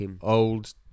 old